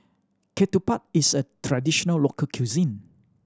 ketupat is a traditional local cuisine